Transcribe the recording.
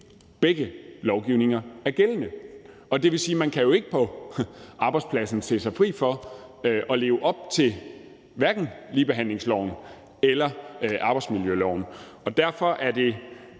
begge lovgivninger er gældende, og det vil sige, at man på arbejdspladsen hverken kan blive fri for at leve op til ligebehandlingsloven eller arbejdsmiljøloven. Derfor er det